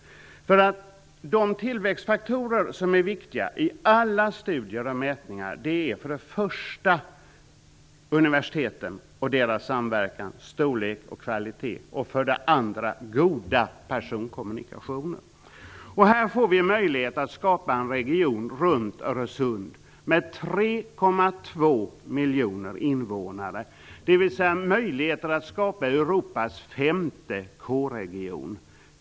De tillväxtfaktorer som är viktiga i alla studier och mätningar är för det första universiteten och deras samverkan, storlek och kvalitet och för det andra goda personkommunikationer. Här får vi en möjlighet att skapa en region runt Öresund med 3,2 miljoner invånare. Vi får möjlighet att skapa Europas femte K-region.